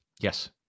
Yes